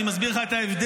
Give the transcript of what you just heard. אני מסביר לך את ההבדל.